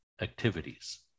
activities